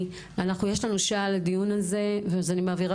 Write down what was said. יש לנו שעה לדיון הזה ואז אני מעבירה